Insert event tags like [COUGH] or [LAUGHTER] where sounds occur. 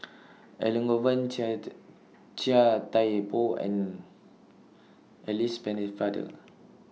[NOISE] Elangovan Chia The Chia Thye Poh and Alice Pennefather